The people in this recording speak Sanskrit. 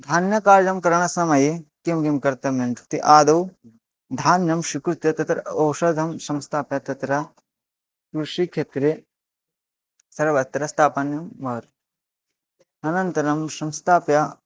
धान्यकार्यं करणसमये किं किं कर्तव्यम् इति आदौ धान्यं स्वीकृत्य तत्र औषधं संस्थाप्य तत्र कृषिक्षेत्रे सर्वत्र स्थापनीयं भवति अनन्तरं संस्थाप्य